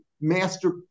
master